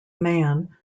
man